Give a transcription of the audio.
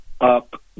up